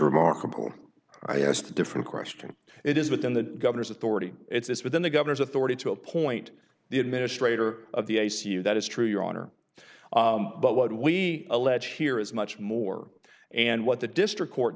remarkable i asked a different question it is within the governor's authority it's within the governor's authority to appoint the administrator of the i c u that is true your honor but what we allege here is much more and what the district court